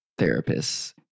therapists